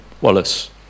wallace